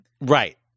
Right